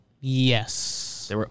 Yes